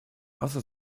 außer